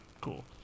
Cool